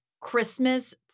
Christmas